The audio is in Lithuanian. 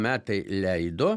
metai leido